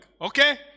Okay